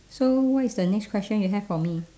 so what is the next question you have for me